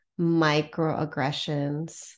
microaggressions